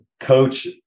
coach